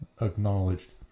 acknowledged